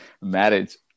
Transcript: marriage